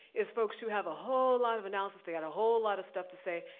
is folks who have a whole lot of analysis, they got a whole lot of stuff to say,